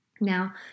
Now